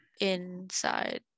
inside